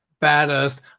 baddest